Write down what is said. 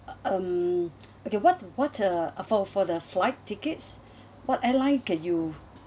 um okay what what the uh for for for the flight tickets what airline can you